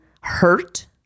hurt